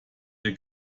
ihr